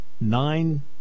nine